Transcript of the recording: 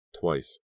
twice